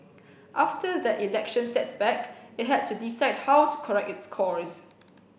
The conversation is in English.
after that election setback it had to decide how to correct its course